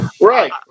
right